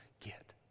get